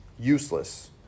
useless